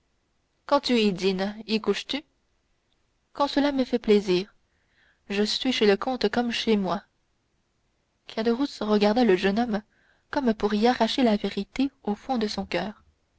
quand tu y dînes y couches tu quand cela me fait plaisir je suis chez le comte comme chez moi caderousse regarda le jeune homme comme pour arracher la vérité du fond de son coeur